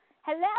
Hello